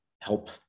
help